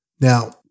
Now